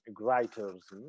writers